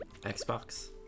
Xbox